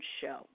show